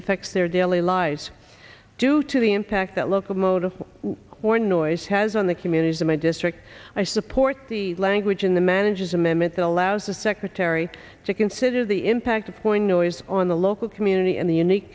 affects their daily lives due to the impact that locomotive or noise has on the communities in my district i support the language in the manager's amendment that allows the secretary to consider the impact of point noise on the local community and the unique